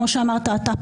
כמו שאמרת אתה,